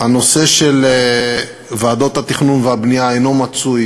הנושא של ועדות התכנון והבנייה אינו מצוי